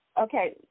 okay